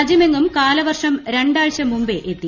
രാജ്യമെങ്ങും കാലവർഷം രണ്ടാഴ്ച മുമ്പെ എത്തി